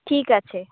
ঠিক আছে